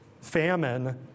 famine